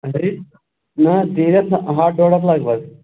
اَگرے نہَ حظ تیٖرٮ۪س ہَتھ ڈۅڈ ہَتھ لگ بگ